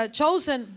chosen